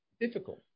difficult